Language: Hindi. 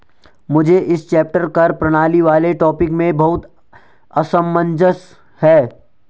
मुझे इस चैप्टर कर प्रणाली वाले टॉपिक में बहुत असमंजस है